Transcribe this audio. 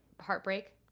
heartbreak